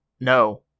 No